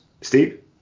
Steve